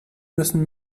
müssen